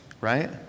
right